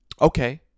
Okay